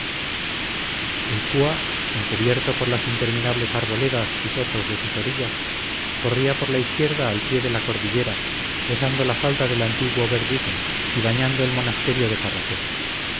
el cúa encubierto por las interminables arboledas y sotos de sus orillas corría por la izquierda al pie de la cordillera besando la falda del antiguo berdigum y bañando el monasterio de carracedo